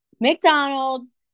mcdonald's